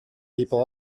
people